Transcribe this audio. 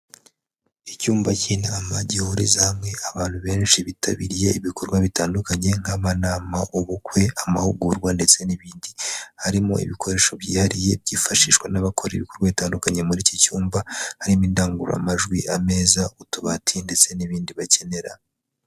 Icyumba cy'inama gihuriza hamwe abantu benshi bitabiriye ibikorwa bitandukanye nk'amanama, ubukwe, amahugurwa ndetse n'ibindi, harimo ibikoresho byihariye byifashishwa n'abakora ibikorwa bitandukanye muri iki cyumba, harimo indangururamajwi, ameza, utubati ndetse n'ibindi bakenera.